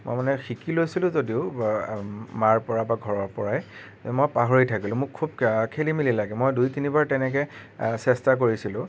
মই মানে শিকি লৈছিলোঁ যদিও মাৰ পৰা বা ঘৰৰপৰাই যে মই পাহৰি থাকিলোঁ মোক খুব খেলিমেলি লাগে মই দুই তিনিবাৰ তেনেকৈ চেষ্টা কৰিছিলোঁ